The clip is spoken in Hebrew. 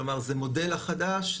כלומר זה המודל החדש,